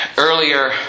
Earlier